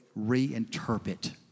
reinterpret